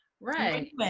Right